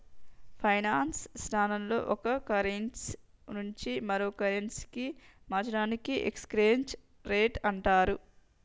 finance సంస్థల్లో ఒక currency నుండి మరో కరెన్సీకి మార్చడాన్ని ఎక్స్చేంజ్ రేట్ అంటరు